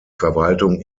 verwaltung